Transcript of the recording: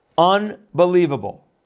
Unbelievable